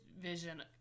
vision